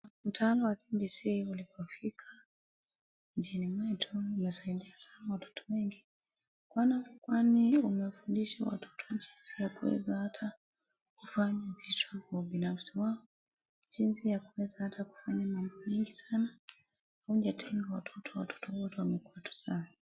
Mtaala wa CBC ulipofika nchini mwetu, umesaidia sana watoto wengi. Kwani umefundisha watoto jinsi ya kuweza hata kufanya vishughuli binafsi wao, jinsi ya kuweza hata kufanya mambo mengi sana. Moja tena watoto, watoto wote wamekuwa wazuri sana.